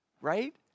Right